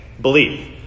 belief